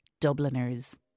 Dubliners